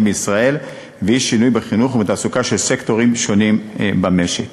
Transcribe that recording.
בישראל ואי-שינוי בחינוך ובתעסוקה של סקטורים שונים במשק.